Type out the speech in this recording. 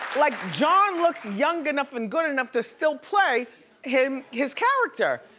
like john looks young enough and good enough to still play him, his character.